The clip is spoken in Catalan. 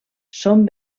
són